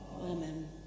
Amen